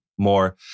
more